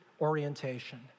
orientation